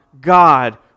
God